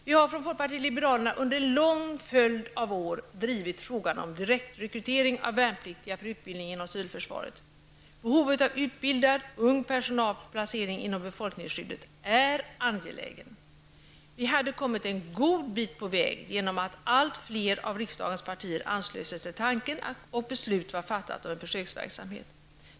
Vi i folkpartiet liberalerna har under en lång följd av år drivit frågan om direktrekrytering av värnpliktiga för utbildning inom civilförsvaret. Behovet av utbildad, ung personal för placering inom befolkningsskyddet är angeläget. Vi hade kommit en god bit på väg genom att allt fler av riksdagens partier anslöt sig till tanken och fattade beslut om en försöksverksamhet.